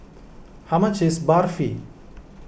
how much is Barfi